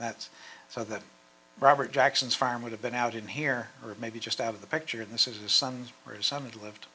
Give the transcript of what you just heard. that's so that robert jackson's farm would have been out in here or maybe just out of the picture this is his sons